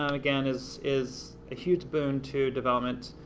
um again, is is a huge boon to development.